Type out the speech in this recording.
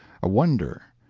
a wonder,